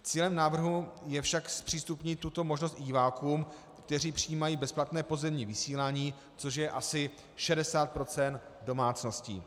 Cílem návrhu je však zpřístupnit tuto možnost i divákům, kteří přijímají bezplatné pozemní vysílání, což je asi 60 procent domácností.